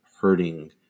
hurting